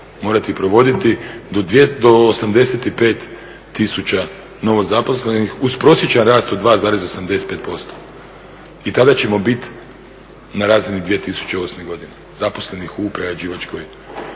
morati provoditi do 85 tisuća novozaposlenih uz prosječan rast od 2,85%. I tada ćemo biti na razini 2008. godine zaposlenih u priređivačkoj